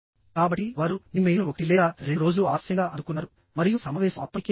కాబట్టి వారు మీ మెయిల్ను ఒకటి లేదా రెండు రోజులు ఆలస్యంగా అందుకున్నారు మరియు సమావేశం అప్పటికే ముగిసింది